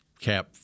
cap